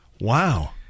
Wow